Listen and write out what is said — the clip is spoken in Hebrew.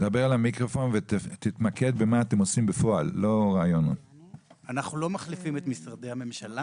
אנחנו לא מחליפים את משרדי הממשלה.